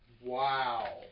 Wow